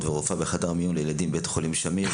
ורופאה בחדר מיון לילדים בבית חולים שמיר,